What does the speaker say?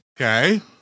Okay